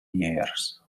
years